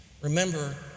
Remember